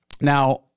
Now